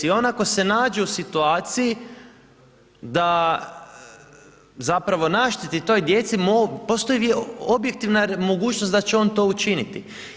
I on ako se nađe u situaciji da zapravo našteti toj djeci, postoji objektivna mogućnost da će on to učiniti.